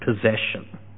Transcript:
possession